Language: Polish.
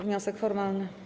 Wniosek formalny.